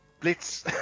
blitz